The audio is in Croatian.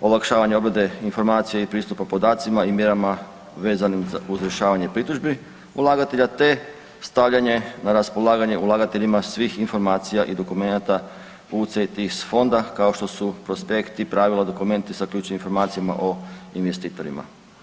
olakšavanje obrade informacija i pristupa podacima i mjerama vezanih za izvršavanje pritužbi ulagatelja te stavljanje na raspolaganje ulagateljima svih informacija i dokumenata UCITS fonda kao što su prospekti, pravilo, dokumenti sa ključnim informacijama o investitorima.